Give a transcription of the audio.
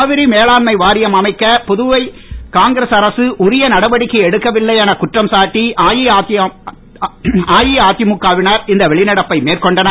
காவிரி மேலாண்மை வாரியம் அமைக்க புதுவை காங்கிரஸ் அரசு உரிய நடவடிக்கைகள் எடுக்கவில்லை என குற்றம் சாட்டி அஇஅதிமுகவினர் இந்த வெளிநடப்பை மேற்கொண்டனர்